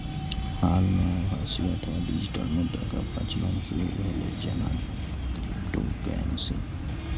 हाल मे आभासी अथवा डिजिटल मुद्राक प्रचलन शुरू भेलै, जेना क्रिप्टोकरेंसी